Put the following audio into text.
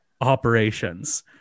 operations